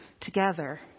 together